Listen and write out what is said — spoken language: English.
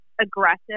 aggressive